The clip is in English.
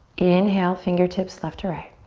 inhale, fingertips left to right.